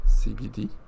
cbd